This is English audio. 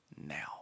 now